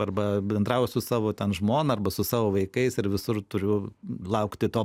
arba bendraujant su savo ten žmona arba su savo vaikais ar visur turiu laukti to